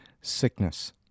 sickness